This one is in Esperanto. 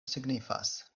signifas